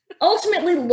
ultimately